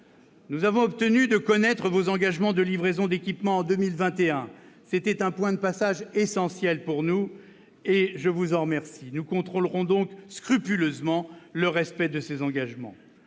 Nous avons obtenu de connaître vos engagements de livraison d'équipements en 2021. C'était un « point de passage » essentiel pour nous, et je vous en remercie. Nous en contrôlerons donc scrupuleusement le respect. En revanche, nous